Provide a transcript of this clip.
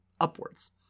upwards